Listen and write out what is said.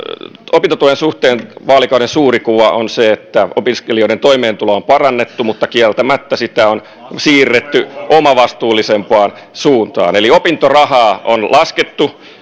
opintotuen suhteen vaalikauden suuri kuva on se että opiskelijoiden toimeentuloa on parannettu mutta kieltämättä sitä on siirretty omavastuullisempaan suuntaan eli opintorahaa on laskettu